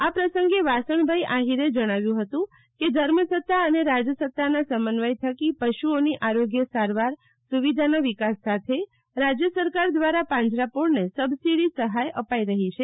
આ પ્રસંગે વાસણભાઈ આહિરે જણાવ્યુ હતુ કેધર્મસતા અને રાજસતાના સમન્વય થકી પશુઓની આરોગ્ય સારવાર સુવિધાના વિકાસ સાથે રાજય સરકાર દ્રારા પાંજરાપીળને સબસીડી સહાય અપાઈ રહી છે